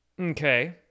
Okay